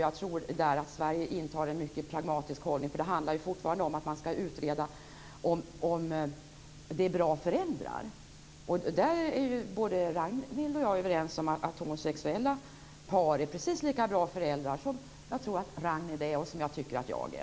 Jag tror att Sverige intar en mycket pragmatisk hållning, för det handlar ju fortfarande om att man skall utreda om de blivande föräldrarna är bra. Både Ragnhild och jag är överens om att homosexuella par är precis lika bra föräldrar som jag tror att Ragnhild är och som jag tycker att jag är.